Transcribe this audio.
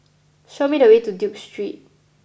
show me the way to Duke Street